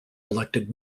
elected